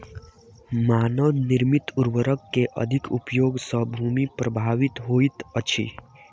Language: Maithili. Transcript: मानव निर्मित उर्वरक के अधिक उपयोग सॅ भूमि प्रभावित होइत अछि